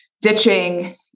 ditching